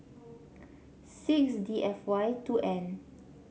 six D F Y two N